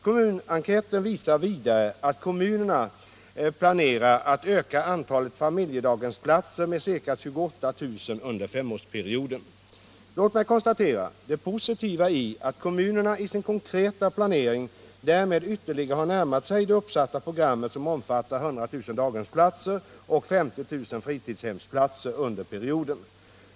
Kommunenkäten visar vidare att kommunerna planerar att öka antalet familjedaghemsplatser med ca 28000 under femårsperioden. Låt mig konstatera det positiva i att kommunerna i sin konkreta planering därmed ytterligare har närmat sig det uppsatta programmet som omfattar 100 000 daghemsplatser och 50 000 fritidshemsplatser under perioden.